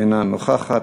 אינה, סליחה?